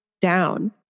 down